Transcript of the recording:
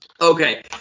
Okay